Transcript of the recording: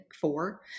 four